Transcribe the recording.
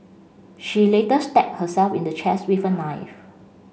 she later stabbed herself in the chest with a knife